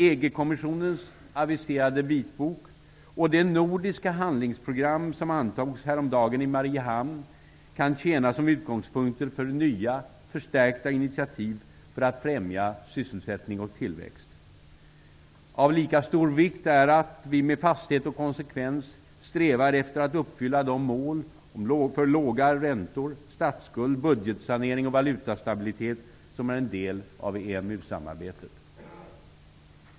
EG-kommissionens aviserade vitbok och det nordiska handlingsprogram som antogs häromdagen i Mariehamn kan tjäna som utgångspunkter för nya förstärkta initiativ för att främja sysselsättning och tillväxt. Av lika stor vikt är att vi med fasthet och konsekvens strävar efter att uppfylla de mål om låga räntor och för statsskuld, budgetsanering och valutastabilitet som är en del av EMU-samarbetet.